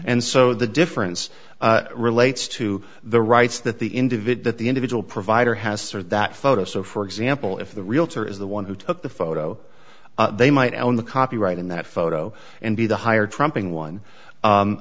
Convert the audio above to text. and so the difference relates to the rights that the individual the individual provider has sort of that photo so for example if the realtor is the one who took the photo they might own the copyright in that photo and be the higher trumping one